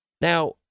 Now